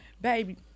baby